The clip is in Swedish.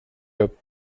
upp